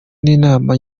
n’inama